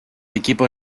equipo